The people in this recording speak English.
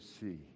see